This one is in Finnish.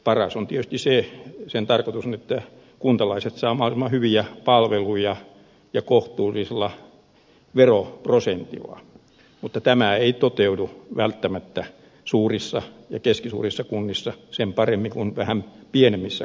paras hankkeen tarkoitus tietysti on että kuntalaiset saavat mahdollisimman hyviä palveluja ja kohtuullisella veroprosentilla mutta tämä ei välttämättä toteudu suurissa ja keskisuurissa kunnissa sen paremmin kuin vähän pienemmissä kunnissa